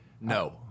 No